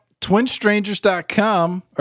twinstrangers.com